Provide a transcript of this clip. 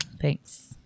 Thanks